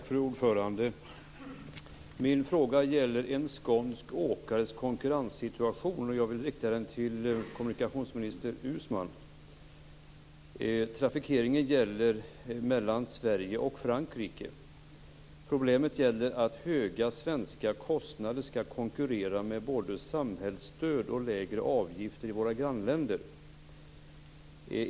Fru talman! Min fråga gäller en skånsk åkares konkurrenssituation. Jag vill rikta den till kommunikationsminister Uusmann. Problemet gäller att höga svenska kostnader skall konkurrera med både samhällsstöd och lägre avgifter i våra grannländer.